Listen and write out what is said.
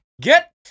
Get